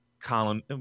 Colin